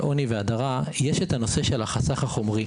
עוני והדרה יש הנושא של החסך החומרי.